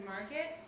Market